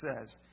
says